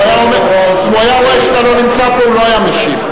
אם הוא היה רואה שאתה לא נמצא פה הוא לא היה משיב.